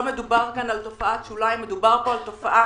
לא מדובר כאן על תופעת שוליים אלא מדובר כאן על תופעה